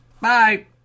Bye